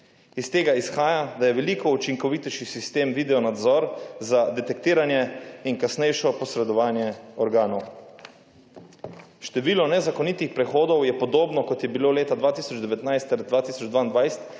Iz tega izhaja, da je veliko učinkovitejši sistem video nadzor za detektiranje in kasnejšo posredovanje organov. Število nezakonitih prehodov je podobno, kot je bilo leta 2019 ter 2022,